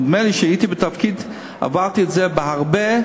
נדמה לי שכשהייתי בתפקיד עברתי את זה בהרבה,